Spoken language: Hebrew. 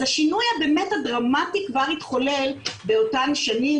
אז השינוי הדרמטי כבר התחולל באותן שנים